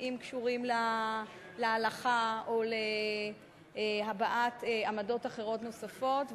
אם הקשורים להלכה או להבעת עמדות אחרות נוספות,